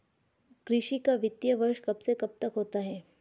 कृषि का वित्तीय वर्ष कब से कब तक होता है?